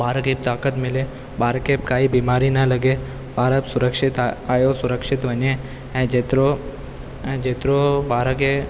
ॿार खे ताक़त मिले ॿार खे काई बीमारी न लॻे ॿार सुरक्षित आ आहियो सुरक्षित वञे ऐं जेतिरो ऐं जेतिरो ॿार खे